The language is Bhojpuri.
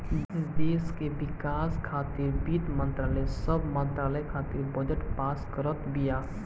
देस के विकास खातिर वित्त मंत्रालय सब मंत्रालय खातिर बजट पास करत बिया